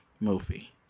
Movie